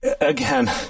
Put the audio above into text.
again